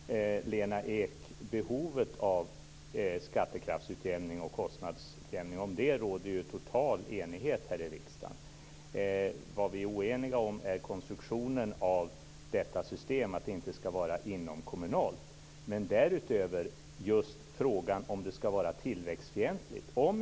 Fru talman! Nu diskuterar Lena Ek behovet av skattekraftsutjämning och kostnadsutjämning. Om det råder total enighet här i riksdagen. Vad vi är oeniga om är konstruktionen av detta system och att det inte ska vara inomkommunalt. Därutöver är frågan om det ska vara tillväxtfientligt.